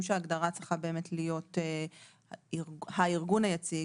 שההגדרה צריכה באמת להיות הארגון היציג,